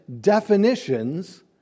definitions